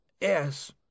Yes